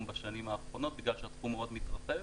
בשנים האחרונות בגלל שהתחום מאוד מתרחב,